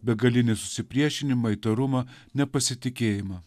begalinį susipriešinimą įtarumą nepasitikėjimą